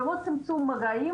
זה לא צמצום מגעים,